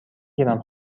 گیرم